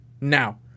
Now